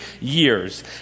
years